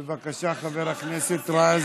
בבקשה, חבר הכנסת רז.